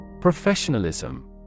Professionalism